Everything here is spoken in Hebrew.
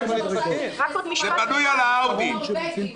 זה בנוי על האאודי.